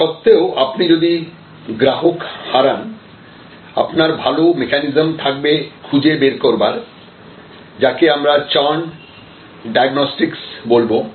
তা সত্ত্বেও আপনি যদি গ্রাহক হারান আপনার ভালো মেকানিজম থাকবে খুঁজে বের করবার যাকে আমরা চার্ণ ডায়াগ্নস্টিকস বলবো